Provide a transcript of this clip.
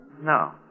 No